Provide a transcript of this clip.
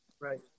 Right